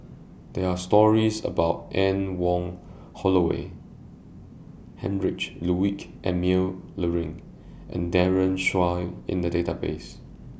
There Are stories about Anne Wong Holloway Heinrich Ludwig Emil Luering and Daren Shiau in The Database